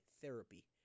therapy